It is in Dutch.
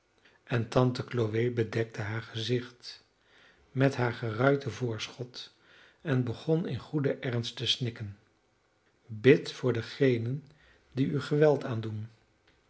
en tante chloe bedekte haar gezicht met haar geruiten voorschoot en begon in goeden ernst te snikken bidt voor degenen die u geweld aandoen